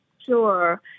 Sure